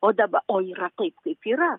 o daba o yra taip kaip yra